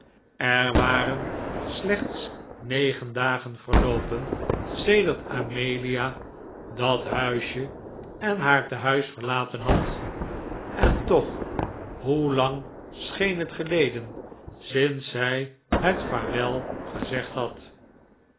er waren slechts negen dagen verloopen sedert amelia dat huisje en haar tehuis verlaten had en toch hoe lang scheen het geleden sinds zij het vaarwel gezegd had